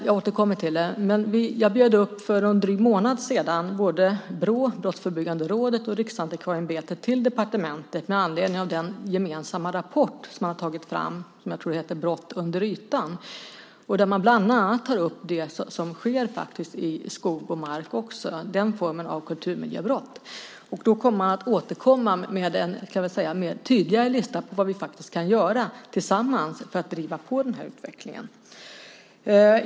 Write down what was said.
För en dryg månad sedan bjöd jag in både Brå, Brottsförebyggande rådet, och Riksantikvarieämbetet till departementet. Det var med anledning av den gemensamma rapport som man har tagit fram och som jag tror heter Brott under ytan . Där tar man bland annat upp den form av kulturmiljöbrott som sker i skog och mark. Man återkommer med en tydligare lista på vad vi tillsammans kan göra för att driva på utvecklingen.